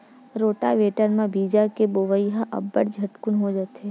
rotavator म बीजा के बोवई ह अब्बड़ झटकुन हो जाथे